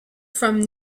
from